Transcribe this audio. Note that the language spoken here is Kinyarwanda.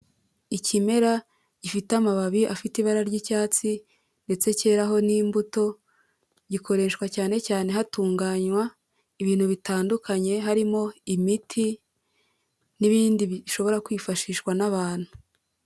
Ikimera gifite amababi afite ibara ry'icyatsi ndetse cyeraho n'imbuto, gikoreshwa cyane cyane hatunganywa ibintu bitandukanye, harimo imiti n'ibindi bishobora kwifashishwa n'abantu.